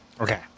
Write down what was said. Okay